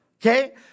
Okay